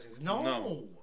No